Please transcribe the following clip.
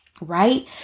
right